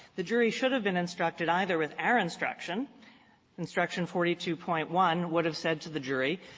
the jury should have been instructed either with our instruction instruction forty two point one would have said to the jury,